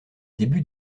début